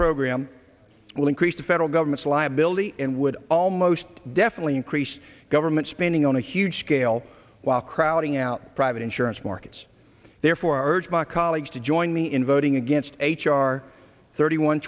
the federal government's liability and would almost definitely increase government spending on a huge scale while crowding out private insurance markets therefore urge my colleagues to join me in voting against h r thirty one